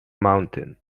mountain